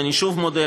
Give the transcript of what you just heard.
ואני שוב מודה,